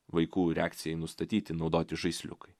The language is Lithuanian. vaikų reakcijai nustatyti naudoti žaisliukai